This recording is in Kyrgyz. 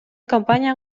компания